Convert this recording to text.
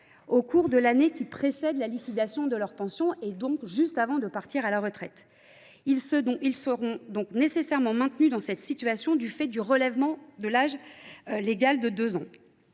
au cours de l’année précédant la liquidation de leur pension, soit juste avant de partir à la retraite. Ils seront donc nécessairement maintenus dans cette situation du fait du relèvement de deux ans